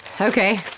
Okay